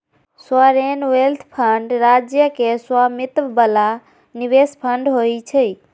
sovereign wealth fund राज्य के स्वामित्व बला निवेश फंड होइ छै